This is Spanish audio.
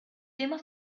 tema